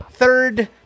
third